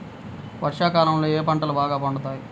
వర్షాకాలంలో ఏ పంటలు బాగా పండుతాయి?